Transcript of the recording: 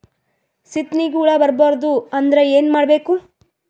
ಸೀತ್ನಿಗೆ ಹುಳ ಬರ್ಬಾರ್ದು ಅಂದ್ರ ಏನ್ ಮಾಡಬೇಕು?